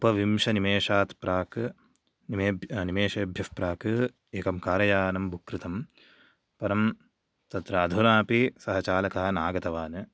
उपवींशनिमेषात् प्राक् निमेभ्य निमेषेभ्यः प्राक् एकं कार् यानं बुक् कृतम् परं तत्र अधुना अपि सः चालकः न आगतवान्